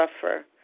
suffer